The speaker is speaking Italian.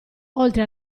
oltre